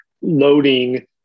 loading